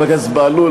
חבר הכנסת בהלול,